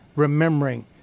Remembering